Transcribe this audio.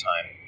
Time